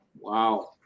Wow